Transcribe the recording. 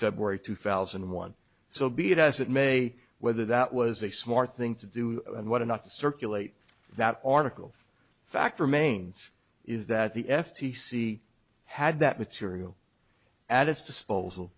february two thousand and one so be it as it may whether that was a smart thing to do and what or not to circulate that article fact remains is that the f t c had that material at its disposal